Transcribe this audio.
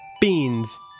beans